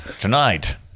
Tonight